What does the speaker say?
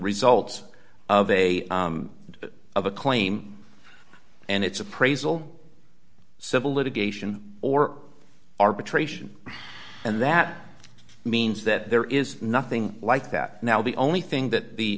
results of a bit of a claim and it's appraisal civil litigation or arbitration and that means that there is nothing like that now the only thing that the